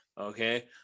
okay